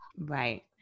Right